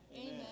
Amen